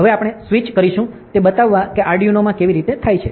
હવે આપણે સ્વિચ કરીશું તે બતાવવા કે આર્ડિનો માં કેવી રીતે થાય છે